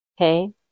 Okay